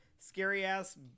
Scary-ass